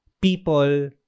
people